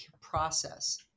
process